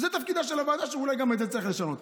זה תפקידה של הוועדה, ואולי גם את זה צריך לשנות.